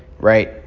right